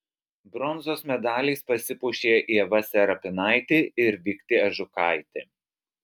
bronzos medaliais pasipuošė ieva serapinaitė ir viktė ažukaitė